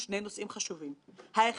הייתה רלוונטית בעבר,